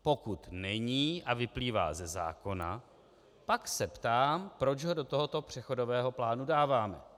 Pokud není a vyplývá ze zákona, pak se ptám, proč ho do tohoto přechodového plánu dáváme.